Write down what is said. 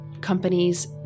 companies